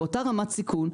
באותה רמת סיכון,